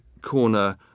corner